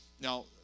now